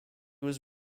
was